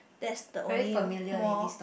that's the only more